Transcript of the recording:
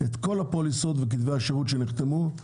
את כל הפוליסות וכתבי השירות שנחתמו,